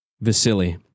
Vasily